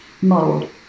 mode